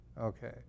Okay